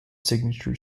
signature